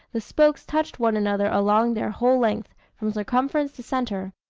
the spokes touched one another along their whole length, from circumference to centre.